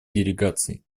делегаций